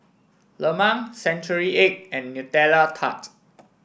Lemang Century Egg and Nutella Tart